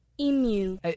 Emu